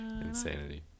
Insanity